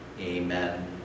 Amen